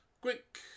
Quick